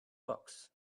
box